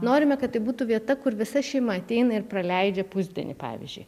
norime kad tai būtų vieta kur visa šeima ateina ir praleidžia pusdienį pavyzdžiui